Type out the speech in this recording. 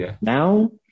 now